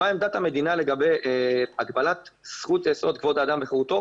מה עמדת המדינה לגבי הגבלת זכות יסוד כבוד האדם וחירותו,